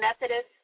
Methodist